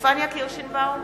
פניה קירשנבאום,